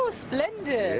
ah splendid.